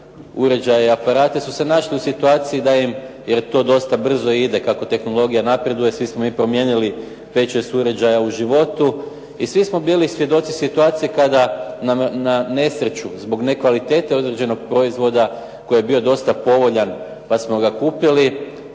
uređaje i aparate su se našli u situaciji da im jer to dosta brzo ide kako tehnologija napreduje svi smo mi promijenili pet, šest uređaja u životu. I svi smo bili svjedoci situacije kada, na nesreću zbog nekvalitete određenog proizvoda koji je bio dosta povoljan pa smo ga kupili